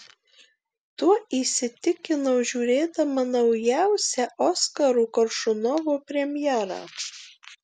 tuo įsitikinau žiūrėdama naujausią oskaro koršunovo premjerą